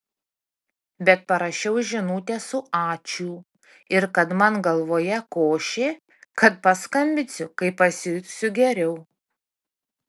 bet parašiau žinutę su ačiū ir kad man galvoje košė kad paskambinsiu kai pasijusiu geriau